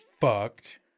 fucked